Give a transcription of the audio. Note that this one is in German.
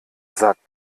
sagt